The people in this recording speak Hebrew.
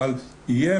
אבל יהיה,